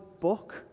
book